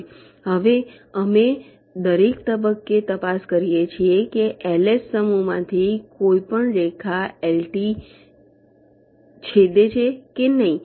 હવે અમે દરેક તબક્કે તપાસ કરીએ છીએ કે LS સમૂહમાંથી કોઈપણ રેખા LT છેદે છે કે નહીં